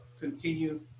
continue